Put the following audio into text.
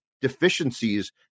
deficiencies